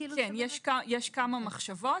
יש כמה מחשבות.